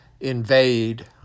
invade